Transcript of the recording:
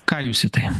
ką jūs į tai